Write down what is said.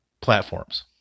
platforms